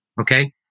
Okay